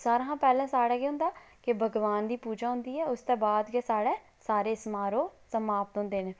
ते सारें कशा पैह्ले साढ़े केह् होंदा कि भगवान दी पूजा होंदी ऐ उसदे बाद गै साढ़े सारे समारोह् समाप्त होंदे न